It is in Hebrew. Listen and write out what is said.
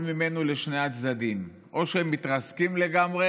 ממנו לשני הצדדים: או שמתרסקים לגמרי